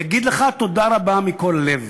יגיד לך תודה רבה מכל הלב,